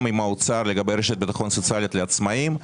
עם האוצר לגבי רשת ביטחון סוציאלית לעצמאים.